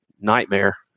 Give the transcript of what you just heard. nightmare